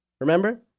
Remember